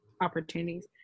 opportunities